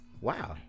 Wow